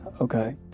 Okay